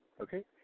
Okay